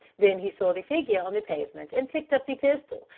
then he saw the figure on the pavement and picked up the pistol.